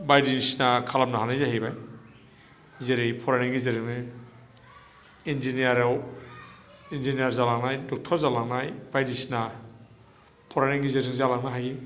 बायदिसिना खालामनो हानाय जाहैबाय जेरै फरायनायनि गेजेरजोंनो इन्जिनियार जालांनाय डक्ट'र जालांनाय बायदिसिना फरायनायनि गेजेरजों जालांनो हायो